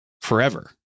forever